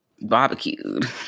barbecued